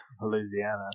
Louisiana